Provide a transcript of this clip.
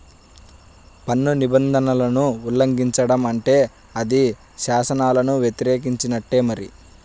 పన్ను నిబంధనలను ఉల్లంఘించడం అంటే అది శాసనాలను వ్యతిరేకించినట్టే మరి